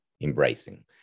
embracing